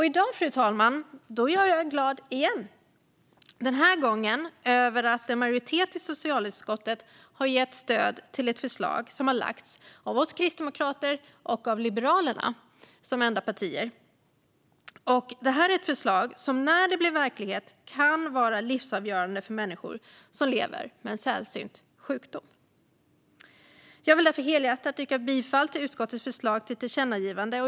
I dag, fru talman, är jag glad igen, den här gången över att en majoritet i socialutskottet har gett stöd till ett förslag som har lagts fram av oss kristdemokrater och av Liberalerna som enda partier. Det är ett förslag som när det blir verklighet kan vara livsavgörande för människor som lever med en sällsynt sjukdom. Jag vill därför helhjärtat yrka bifall till utskottets förslag till tillkännagivande.